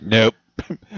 Nope